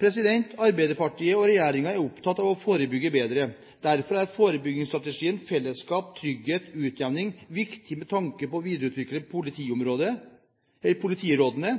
Arbeiderpartiet og regjeringen er opptatt av å forebygge bedre. Derfor er forebyggingsstrategien, Fellesskap – trygghet – utjevning, viktig med tanke på å videreutvikle politirådene